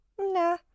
nah